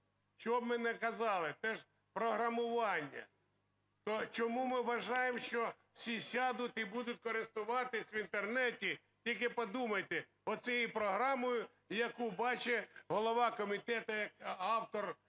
Що б ми не казали: те ж програмування. То чому ми вважаємо, що всі сядуть і будуть користуватись в Інтернеті, тільки подумайте, оцією програмою, яку бачить голова комітету як автор